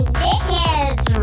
dickheads